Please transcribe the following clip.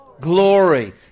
glory